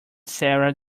sara